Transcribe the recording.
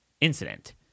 incident